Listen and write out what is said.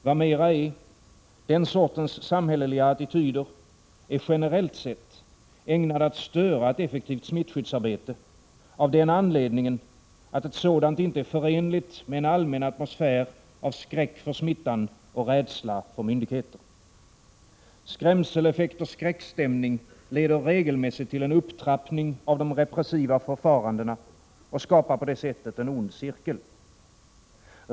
Vad mera är, den sortens samhälleliga attityder är generellt sett ägnade att störa ett effektivt smittskyddsarbete av den anledningen att ett sådant inte är förenligt med en allmän atmosfär av skräck för smittan och rädsla för myndigheter. Skrämseleffekt och skräckstämning leder regelmässigt till en upptrappning av de repressiva förfarandena och skapar på detta sätt en ond cirkel.